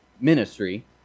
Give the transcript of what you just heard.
ministry